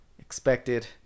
expected